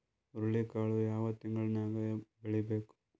ಹುರುಳಿಕಾಳು ಯಾವ ತಿಂಗಳು ನ್ಯಾಗ್ ಬೆಳಿಬೇಕು?